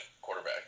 Quarterback